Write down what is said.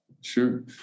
Sure